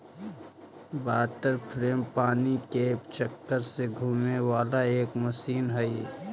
water frame पानी के चक्र से घूमे वाला एक मशीन हई